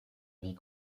vie